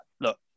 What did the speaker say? Look